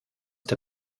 der